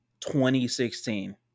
2016